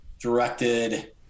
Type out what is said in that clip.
directed